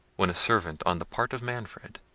when a servant, on the part of manfred,